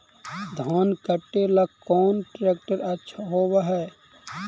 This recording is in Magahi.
धान कटे ला कौन ट्रैक्टर अच्छा होबा है?